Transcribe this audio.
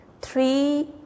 three